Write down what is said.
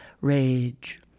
rage